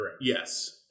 Yes